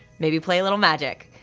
maybe play a little magic,